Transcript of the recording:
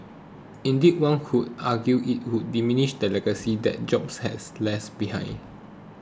indeed one could argue it would diminish the legacy that Jobs has less behind